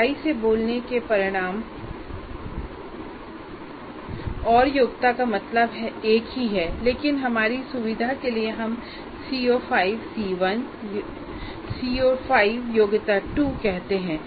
कड़ाई से बोलने के परिणाम और योग्यता का मतलब एक ही है लेकिन हमारी सुविधा के लिए हम CO5 C1 योग्यता 1 CO5 योग्यता 2 कहते हैं